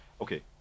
Okay